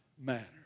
matter